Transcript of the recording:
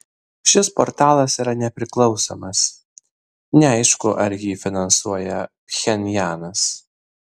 šis portalas yra nepriklausomas neaišku ar jį finansuoja pchenjanas